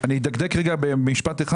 אדקדק במשפט אחד.